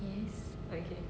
yes